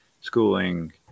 schooling